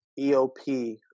EOP